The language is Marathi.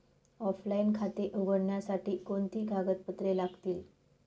ऑफलाइन खाते उघडण्यासाठी कोणती कागदपत्रे लागतील?